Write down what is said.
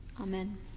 Amen